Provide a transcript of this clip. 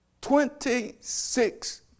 twenty-six